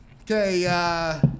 Okay